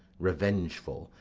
revengeful,